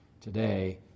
today